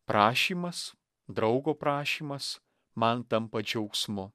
prašymas draugo prašymas man tampa džiaugsmu